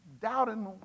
doubting